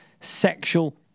sexual